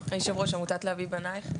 היושב-ראש, אנחנו, מעמותת "להביא בנייך".